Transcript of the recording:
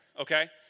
okay